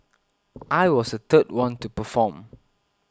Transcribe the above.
I was the third one to perform